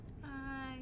Hi